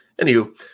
Anywho